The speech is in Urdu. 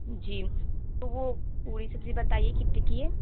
جی تو وہ پوڑی سبزی بتائیے کتنے کی ہے